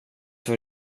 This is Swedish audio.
var